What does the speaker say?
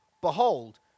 behold